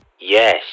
Yes